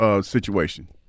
situation